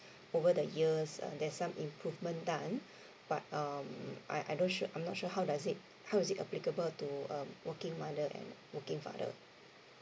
over the years uh there's some improvement done but um I I not sure I'm not sure how does it how is it applicable to a working mother and working father